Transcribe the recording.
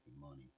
money